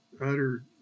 utter